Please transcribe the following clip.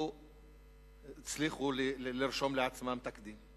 הם הצליחו לרשום לעצמם תקדים.